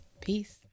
Peace